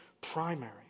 primary